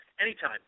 anytime